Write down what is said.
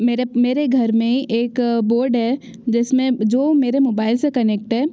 मेरे मेरे घर में ही एक बोर्ड है जिसमें जो मेरे मोबाइल से कनेक्ट है